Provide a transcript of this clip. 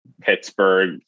Pittsburgh